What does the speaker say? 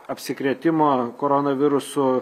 apsikrėtimo koronavirusu